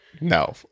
No